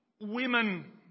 women